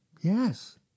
Yes